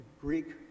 Greek